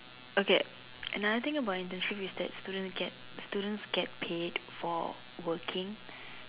okay another thing about internship is that students get students get paid for working